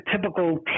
typical